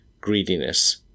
greediness